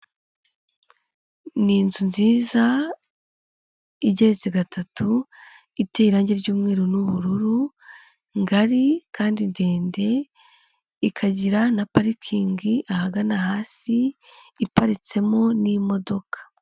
Ni inzu nziza igeretse gatatu iteye irangi ry'umweru n'ubururu, ngari kandi ndende ikagira na parikingi ahagana hasi iparitsemo n'imodoka.